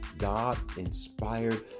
God-inspired